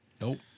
Nope